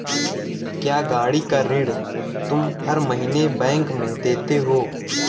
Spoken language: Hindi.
क्या, गाड़ी का ऋण तुम हर महीने बैंक में देते हो?